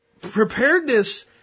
preparedness